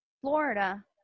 florida